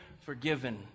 forgiven